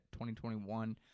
2021